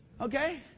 Okay